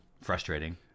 frustrating